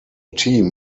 team